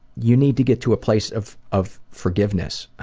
you need to get to a place of of forgiveness.